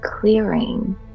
clearing